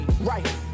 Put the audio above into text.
right